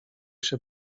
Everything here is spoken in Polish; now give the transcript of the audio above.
się